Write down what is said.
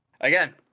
again